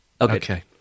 Okay